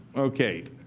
ok.